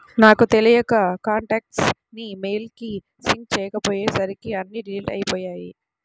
నాకు తెలియక కాంటాక్ట్స్ ని మెయిల్ కి సింక్ చేసుకోపొయ్యేసరికి అన్నీ డిలీట్ అయ్యిపొయ్యాయి